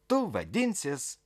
tu vadinsies